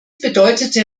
bedeutete